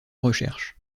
recherches